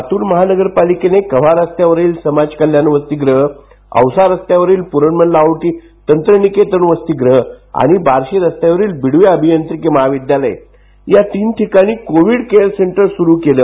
लातूर महानगरपालिकेने कव्हा रस्त्यावरील समाज कल्याण वसतिगृह औसा रस्त्यावर प्रणमल लाहोटी तंत्रनिकेतन वसतिगृह आणि बार्शी रस्त्यावर बिडवे अभियांत्रिकी महाविद्यालय या तीन ठिकाणी कोविड केअर सेंटर सुरू केलं